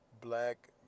black